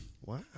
Wow